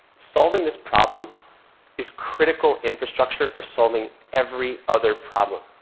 solving this problem is critical infrastructure for solving every other problem.